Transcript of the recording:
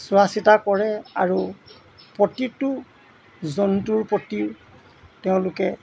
চোৱা চিতা কৰে আৰু প্ৰতিটো জন্তুৰ প্ৰতি তেওঁলোকে